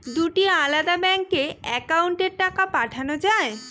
দুটি আলাদা ব্যাংকে অ্যাকাউন্টের টাকা পাঠানো য়ায়?